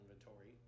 inventory